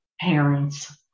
parents